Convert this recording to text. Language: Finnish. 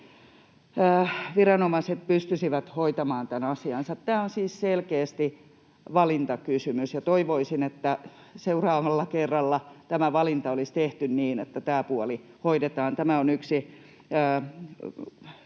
viranomaiset pystyisivät hoitamaan asiansa. Tämä on siis selkeästi valintakysymys, ja toivoisin, että seuraavalla kerralla tämä valinta olisi tehty niin, että tämä puoli hoidetaan. Tämä on yksi